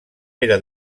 pere